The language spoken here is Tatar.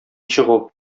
чыгу